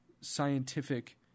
scientific